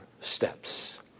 steps